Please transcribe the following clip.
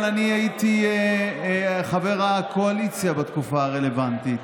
אבל אני הייתי חבר הקואליציה בתקופה הרלוונטית,